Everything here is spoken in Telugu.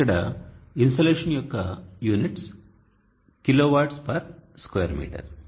ఇక్కడ ఇన్సులేషన్ యొక్క units kilo watts per square metre